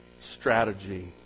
strategy